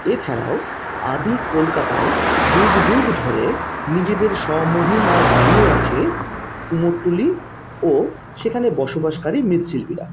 এছাড়ায় আদি কলকাতায় যুগ যুগ ধরে নিজেদের স্বমহিমায় দাঁড়িয়ে আছে কুমোরটুলি ও সেখানে বসবাসকারী মৃৎশিল্পীরা